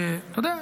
אתה יודע,